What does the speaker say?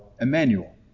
Emmanuel